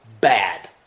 bad